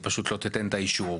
היא פשוט לא תיתן את האישור.